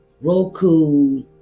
Roku